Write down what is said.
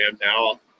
now